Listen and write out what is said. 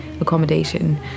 accommodation